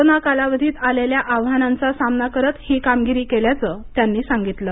corona कालावधीत आलेल्या आव्हानांचा सामना करत ही कामगिरी केल्याचं त्यांनी सांगितलं